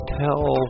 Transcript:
tell